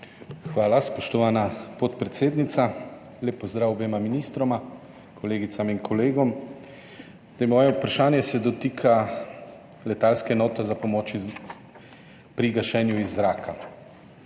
Hvala, spoštovana podpredsednica. Lep pozdrav obema ministroma, kolegicam in kolegom! Moje vprašanje se dotika letalske enote za pomoč pri gašenju iz zraka.